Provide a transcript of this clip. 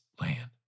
land